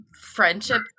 friendship